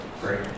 Great